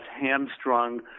hamstrung